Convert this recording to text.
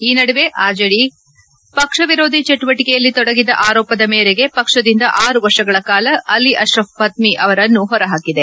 ಈ ನಡುವೆ ಆರ್ಜೆಡಿ ಪಕ್ಷ ಪಕ್ಷ ವಿರೋಧಿ ಚಟುವಟಿಕೆಯಲ್ಲಿ ತೊಡಗಿದ ಆರೋಪದ ಮೇರೆಗೆ ಪಕ್ಷದಿಂದ ಆರು ವರ್ಷಗಳ ಕಾಲ ಅಲಿ ಅಶ್ರಫ್ ಫತ್ಮಿ ಅವರನ್ನು ಹೊರಹಾಕಿದೆ